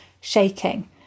shaking